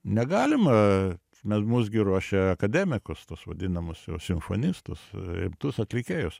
negalima me mus gi ruošė akademikus tuos vadinamus jau simfonistus rimtus atlikėjus